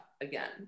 again